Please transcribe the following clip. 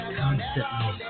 constantly